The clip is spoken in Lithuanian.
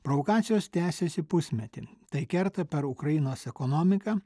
provokacijos tęsiasi pusmetį tai kerta per ukrainos ekonomiką